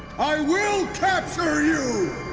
i will capture you!